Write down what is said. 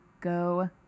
Go